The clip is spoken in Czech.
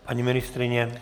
Paní ministryně?